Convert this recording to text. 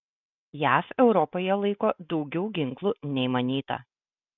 jav europoje laiko daugiau ginklų nei manyta